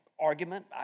argument